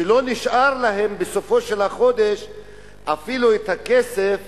ולא נשאר להם בסופו של החודש אפילו הכסף